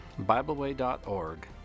BibleWay.org